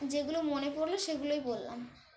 যেগুলো মনে পড়লো সেগুলোই বললাম